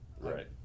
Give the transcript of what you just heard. Right